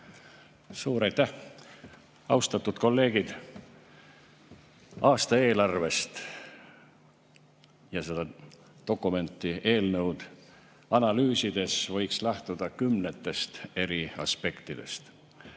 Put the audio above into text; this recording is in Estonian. Suur aitäh! Austatud kolleegid! Aastaeelarvet ja seda dokumenti, eelnõu analüüsides võiks lähtuda kümnetest eri aspektidest.